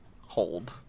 hold